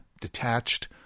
detached